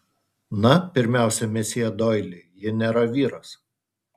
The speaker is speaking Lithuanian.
na pirmiausia mesjė doili ji nėra vyras